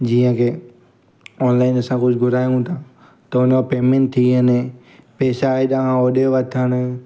जीअं की ऑनलाइन असां कुझु घुरायूं था त उन जो पेमेंट थी वञे पैसा विझणु ऐं ॾिए वठणु